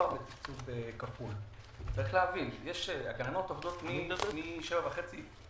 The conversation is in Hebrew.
צריך להבין שהגננות עובדות מ-7:30.